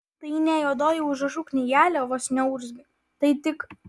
tai ne juodoji užrašų knygelė vos neurzgiu tai tik